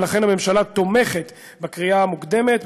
ולכן הממשלה תומכת בקריאה המוקדמת,